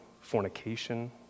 fornication